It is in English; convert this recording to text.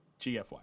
GFY